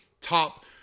top